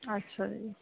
ਅੱਛਾ ਜੀ